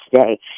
today